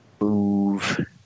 move